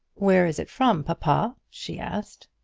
where is it from, papa? she asked.